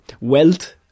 wealth